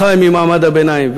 אחי ממעמד הביניים.